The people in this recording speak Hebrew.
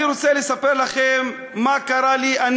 אני רוצה לספר לכם מה קרה לי.